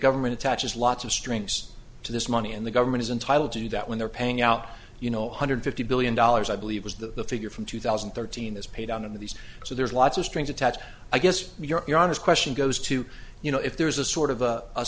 government attaches lots of strings to this money and the government is entitled to do that when they're paying out you know a hundred fifty billion dollars i believe was the figure from two thousand and thirteen is paid on in these so there's lots of strings attached i guess your honest question goes to you know if there is a sort of a